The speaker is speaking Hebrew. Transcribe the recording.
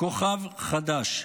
כוכב חדש.